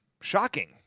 shocking